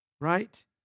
Right